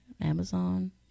Amazon